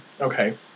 Okay